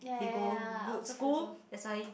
they go good school that's why